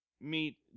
meet